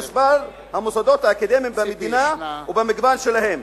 במספר המוסדות האקדמיים במדינה ובמגוון שלהם.